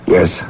Yes